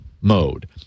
mode